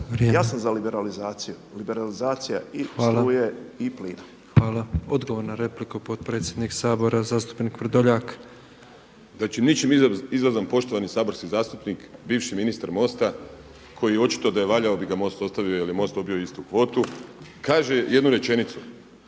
Ja sam za liberalizaciju, liberalizacija i struje i plina. **Petrov, Božo (MOST)** Hvala. Odgovor na repliku potpredsjednik Sabora zastupnik Vrdoljak. **Vrdoljak, Ivan (HNS)** Znači ničim izazvan poštovani saborski zastupnik bivši ministar MOST-a koji očito da je valjao bi ga MOST ostavio jer je MOST dobio istu kvotu. Kaže jednu rečenicu: